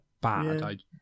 bad